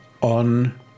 On